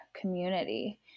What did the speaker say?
community